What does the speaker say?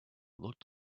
looked